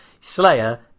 Slayer